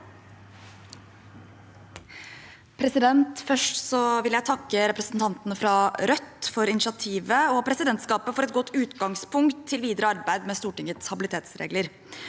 Først vil jeg takke representanten fra Rødt for initiativet og presidentskapet for et godt utgangspunkt til videre arbeid med Stortingets habilitetsregler.